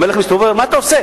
המלך מסתובב: מה אתה עושה?